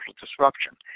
disruption